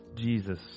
Jesus